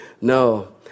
No